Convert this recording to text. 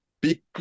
Big